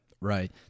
right